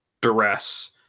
duress